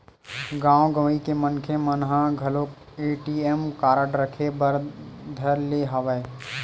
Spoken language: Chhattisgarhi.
गाँव गंवई के मनखे मन ह घलोक ए.टी.एम कारड रखे बर धर ले हवय